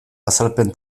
azalpen